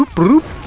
boop,